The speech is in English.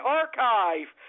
archive